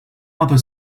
other